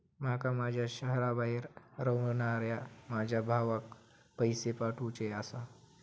माका माझ्या शहराबाहेर रव्हनाऱ्या माझ्या भावाक पैसे पाठवुचे आसा